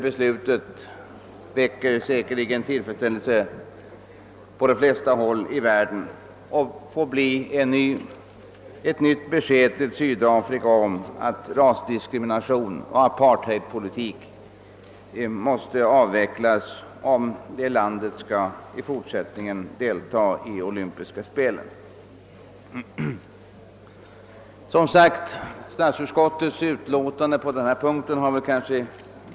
Beslutet väcker säkerligen också tillfredsställelse på de flesta håll i världen och blir ett nytt besked till Sydafrika om att rasdiskrimination och apartheidpolitik måste avvecklas, därest detta land i fortsättningen skall delta i de olympiska spelen. Statsutskottets utlåtande på denna punkt har kanske.